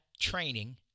training